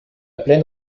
pleine